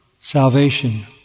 salvation